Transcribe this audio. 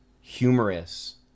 humorous